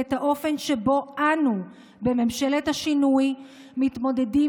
ואת האופן שבו אנו בממשלת השינוי מתמודדים